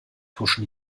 huschen